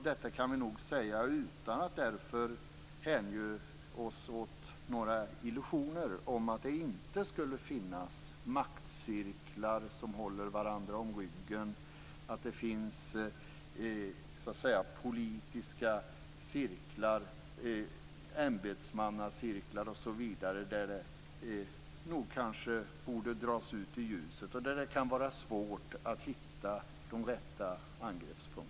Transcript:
Detta kan vi nog säga utan att därför hänge oss åt illusioner om att det inte skulle finnas maktcirklar där man håller varandra om ryggen, att det finns politiska cirklar, ämbetsmannacirklar osv. som nog borde dras fram i ljuset och där det kan vara svårt att hitta de rätta angreppspunkterna.